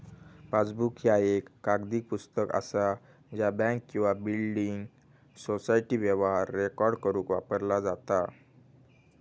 passbook ह्या एक कागदी पुस्तक असा ज्या बँक किंवा बिल्डिंग सोसायटी व्यवहार रेकॉर्ड करुक वापरला जाता